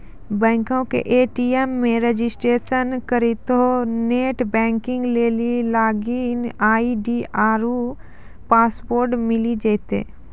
बैंको के ए.टी.एम मे रजिस्ट्रेशन करितेंह नेट बैंकिग लेली लागिन आई.डी आरु पासवर्ड मिली जैतै